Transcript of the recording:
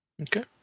Okay